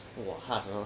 !wah! 他 uh